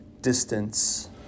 distance